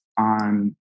On